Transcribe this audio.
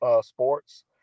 sports